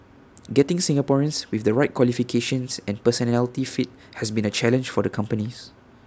getting Singaporeans with the right qualifications and personality fit has been A challenge for the companies